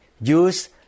use